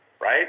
right